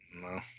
No